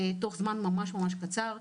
זמן ממש קצר,